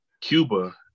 Cuba